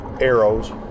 arrows